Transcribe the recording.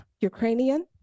Ukrainian